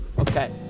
Okay